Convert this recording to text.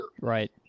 Right